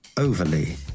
Overly